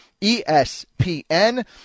ESPN